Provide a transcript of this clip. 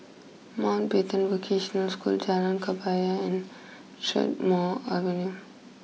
Mountbatten Vocational School Jalan Kebaya and Strathmore Avenue